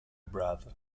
brother